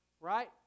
right